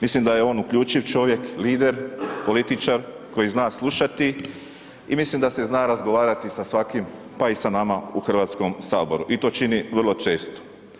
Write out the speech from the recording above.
Mislim da je on uključiv čovjek, lider, političar koji zna slušati i mislim da se zna razgovarati sa svakim pa i sa nama u Hrvatskom saboru i to čini vrlo često.